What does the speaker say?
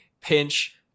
pinch